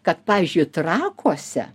kad pavyzdžiui trakuose